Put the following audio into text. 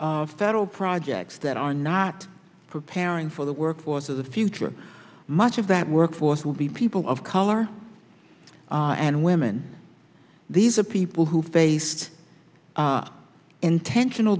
of federal projects that are not preparing for the workforce of the future much of that workforce will be people of color and women these are people who faced intentional